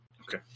Okay